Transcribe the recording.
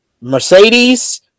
Mercedes